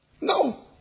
No